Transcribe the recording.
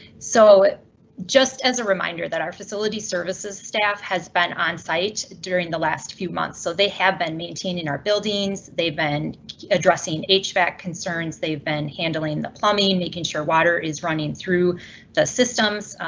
so just as a reminder that our facility services staff has been on site during the last few months. so they have been maintaining our buildings, they've been addressing hvac concerns, they've been handling the plumbing making sure water is running through the systems.